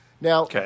Now